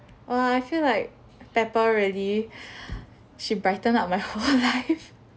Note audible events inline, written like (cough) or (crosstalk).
!wah! I feel like pepper really she brighten up my (laughs) whole life